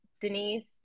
Denise